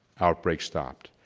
outbreak stopped.